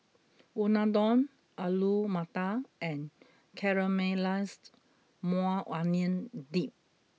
Unadon Alu Matar and Caramelized Maui Onion Dip